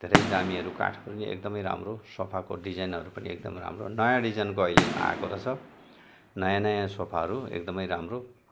धेरै दामीहरू काठ पनि एकदमै राम्रो सोफाको डिजाइनहरू पनि एकदमै राम्रो नयाँ डिजाइनको अहिले आएको रहेछ नयाँ नयाँ सोफाहरू एकदमै राम्रो